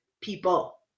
people